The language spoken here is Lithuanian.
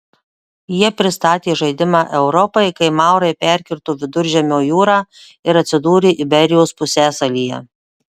jie pristatė žaidimą europai kai maurai perkirto viduržemio jūrą ir atsidūrė iberijos pusiasalyje